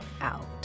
out